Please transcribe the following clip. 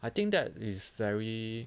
I think that is very